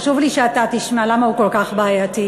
חשוב לי שאתה תשמע למה הוא כל כך בעייתי.